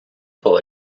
paw